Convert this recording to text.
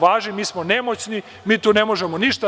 Važi, mi smo nemoćni, mi tu ne možemo ništa.